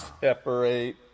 Separate